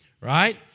right